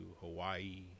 hawaii